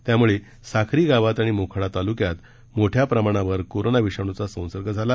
त्यामुळे साखरी गावात आणि मोखाडा तालुक्यात मोठया प्रमाणावर कोरोना विषाणूचा संसर्ग झाला